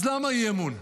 אז למה אי-אמון?